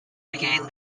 began